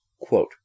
Quote